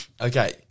Okay